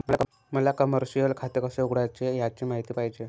मला कमर्शिअल खाते कसे उघडायचे याची माहिती पाहिजे